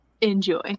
Enjoy